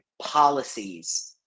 policies